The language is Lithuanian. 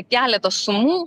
keletą sumų